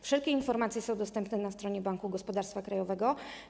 Wszelkie informacje są dostępne na stronie Banku Gospodarstwa Krajowego.